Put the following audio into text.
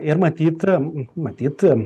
ir matyt matyt